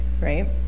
Right